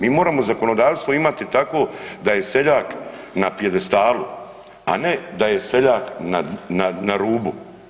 Mi moramo zakonodavstvo imati takvo da je seljak na pijedestalu a ne da je seljak na rubu.